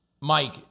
Mike